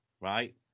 right